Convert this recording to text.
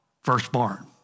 firstborn